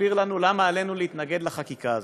מסביר למה עלינו להתנגד לחקיקה הזאת.